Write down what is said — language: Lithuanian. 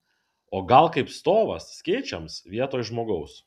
o gal kaip stovas skėčiams vietoj žmogaus